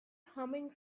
humming